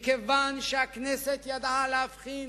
מכיוון שהכנסת ידעה להבחין